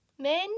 Men